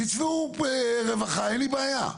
תצבעו רווחה אין לי בעיה,